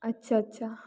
अच्छा अच्छा